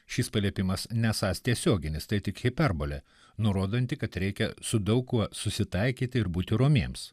šis paliepimas nesąs tiesioginis tai tik hiperbolė nurodanti kad reikia su daug kuo susitaikyti ir būti romiems